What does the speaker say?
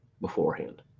beforehand